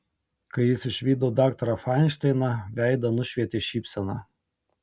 kai jis išvydo daktarą fainšteiną veidą nušvietė šypsena